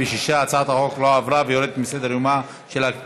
ההצעה להעביר לוועדה את הצעת חוק הביטוח הלאומי (תיקון,